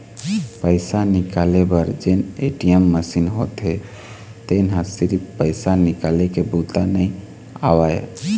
पइसा निकाले बर जेन ए.टी.एम मसीन होथे तेन ह सिरिफ पइसा निकाले के बूता नइ आवय